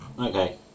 Okay